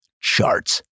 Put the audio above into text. charts